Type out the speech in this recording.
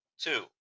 two